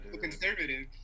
Conservative